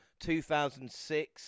2006